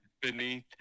beneath